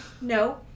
No